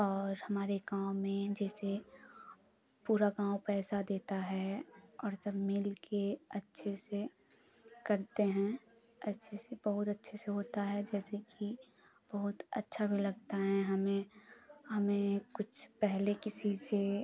और हमारे गाँव में जैसे पूरा गाँव पैसा देता है और सब मिल के अच्छे से करते हैं अच्छे से बहुत अच्छे से होता है जैसे कि बहुत अच्छा भी लगता है हमें हमें कुछ पहले किसी से